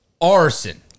arson